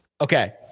Okay